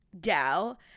gal